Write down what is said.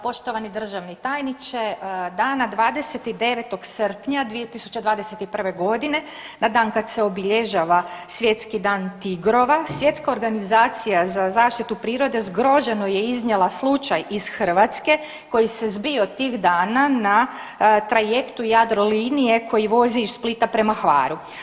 Poštovani državni tajniče, dana 29. srpnja 2021. godine na dan kad se obilježava svjetski dan tigrova, Svjetska organizacija za zaštitu prirode zgroženo je iznijela slučaj iz Hrvatske koji se zbio tih dana na trajektu Jadrolinije koji vozi iz Splita prema Hvaru.